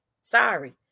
Sorry